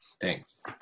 Thanks